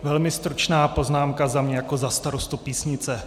Velmi stručná poznámka za mě jako za starostu Písnice.